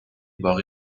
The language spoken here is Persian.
باقی